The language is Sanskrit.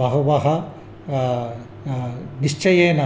बहवः निश्चयेन